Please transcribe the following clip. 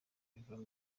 bivamo